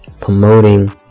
promoting